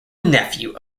nephew